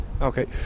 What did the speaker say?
Okay